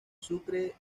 sucre